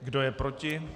Kdo je proti?